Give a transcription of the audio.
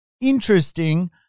interesting